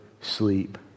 sleep